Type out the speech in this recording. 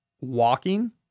walking